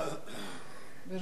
לרשותך שלוש דקות.